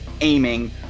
aiming